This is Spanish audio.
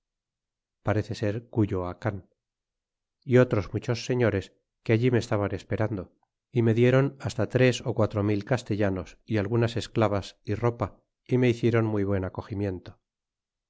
parece ser cuyoacan y otros muchos señores que allí me estaban esperando é me diérou hasta tres ó quatro mil castellanos y algunas esclavas y ropa é me hiciéron muy buen acogimiento